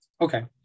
Okay